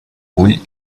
cull